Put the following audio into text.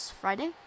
Friday